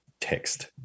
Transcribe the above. text